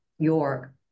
York